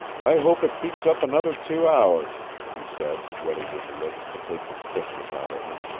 i hope it keeps up another two hours, he said, wetting his lips to take the stiffness out of them.